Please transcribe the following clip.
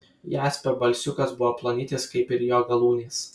jaspio balsiukas buvo plonytis kaip ir jo galūnės